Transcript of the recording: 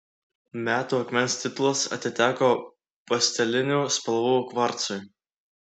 metų akmens titulas atiteko pastelinių spalvų kvarcui